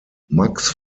max